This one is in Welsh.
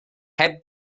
heb